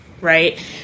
Right